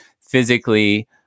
physically